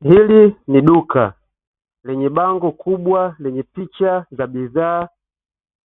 Hili ni duka lenye kubwa lenye bango kubwa lenye picha za bidhaa